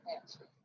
Answer